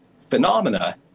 phenomena